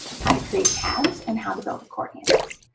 how to create tabs, and how to build accordions.